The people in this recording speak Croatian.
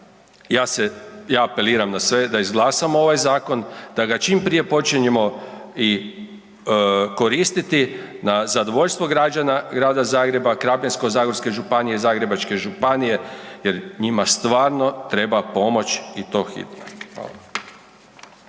Ja apeliram na sve da izglasamo ovaj zakon, da ga čim prije počinjemo i koristiti na zadovoljstvo građana grada Zagreba, Krapinsko-zagorske županije i Zagrebačke županije jer njima stvarno treba pomoć i to hitno.